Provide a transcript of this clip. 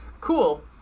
Cool